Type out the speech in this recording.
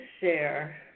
share